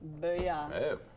Booyah